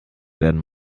werden